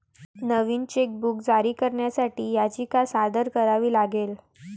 नवीन chequebook जारी करण्यासाठी याचिका सादर करावी लागेल